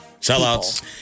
Sellouts